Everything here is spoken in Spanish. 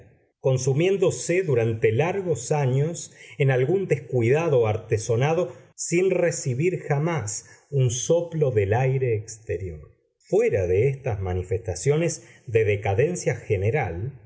consumiéndose durante largos años en algún descuidado artesonado sin recibir jamás un soplo del aire exterior fuera de estas manifestaciones de decadencia general